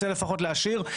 רוצה לפחות להשאיר,